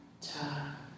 ta